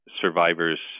survivors